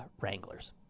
Wranglers